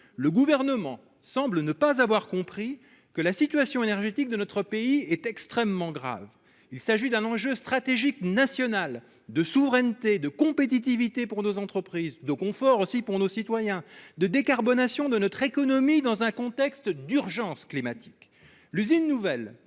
Le Gouvernement semble ne pas avoir compris que la situation énergétique de notre pays est extrêmement grave. Il s'agit d'un enjeu stratégique national de souveraineté, de compétitivité pour nos entreprises, de confort pour nos concitoyens et de décarbonation de notre économie dans un contexte d'urgence climatique.